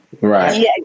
Right